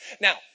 Now